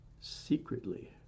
secretly